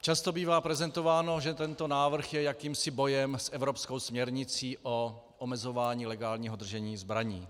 Často bývá prezentováno, že tento návrh je jakýmsi bojem s evropskou směrnicí o omezování legálního držení zbraní.